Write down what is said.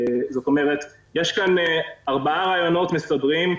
יש כאן ארבעה רעיונות מסדרים,